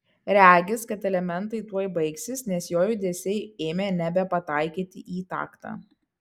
regis kad elementai tuoj baigsis nes jo judesiai ėmė nebepataikyti į taktą